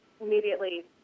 immediately